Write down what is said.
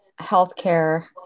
healthcare